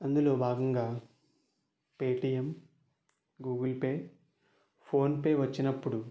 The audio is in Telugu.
అందులో భాగంగా పేటిఎం గూగుల్ పే ఫోన్పే వచ్చినప్పుడు